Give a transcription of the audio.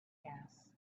gas